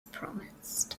promised